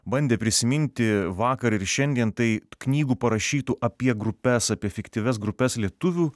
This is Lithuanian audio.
bandė prisiminti vakar ir šiandien tai knygų parašytų apie grupes apie fiktyvias grupes lietuvių